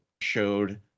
showed